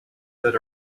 that